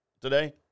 Today